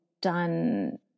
done